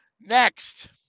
Next